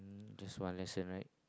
just one lesson right